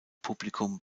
publikum